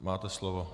Máte slovo.